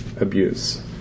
abuse